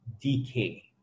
decay